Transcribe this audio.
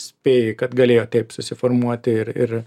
spėji kad galėjo taip susiformuot ir ir